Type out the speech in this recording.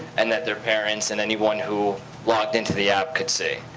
and that their parents and anyone who logged into the app could see.